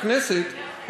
בכנסת,